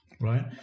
right